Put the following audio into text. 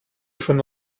schon